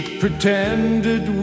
pretended